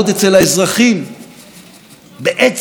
פוליטיקאים שעסוקים כל היום בעצמם,